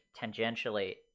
tangentially